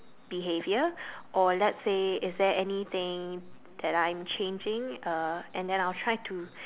behaviour or let's say is there anything that I'm changing uh and then I'll try to